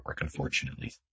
unfortunately